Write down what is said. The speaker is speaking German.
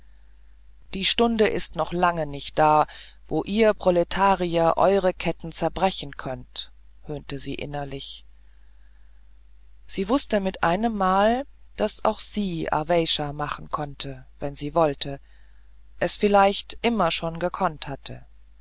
die stunde ist noch lange nicht da wo ihr proletarier eure ketten zerbrechen könnt höhnte sie innerlich sie wußte mit einemmal daß auch sie aweysha machen konnte wenn sie wollte es vielleicht immer schon gekonnt hatte